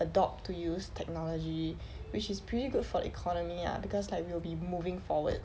adopt to use technology which is pretty good for economy ah because like we will be moving forward